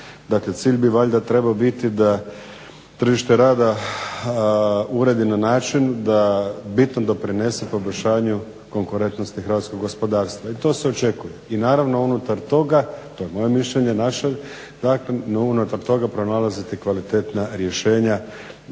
cilj bi valjda trebao biti da tržište rada uredi na način da bitno doprinese poboljšanju konkurentnosti hrvatskog gospodarstva. I to se očekuje. I naravno unutar toga, to je moje mišljenje, …/Govornik se ne razumije./… da unutar toga pronalaziti kvalitetna rješenja